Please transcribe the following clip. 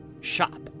shop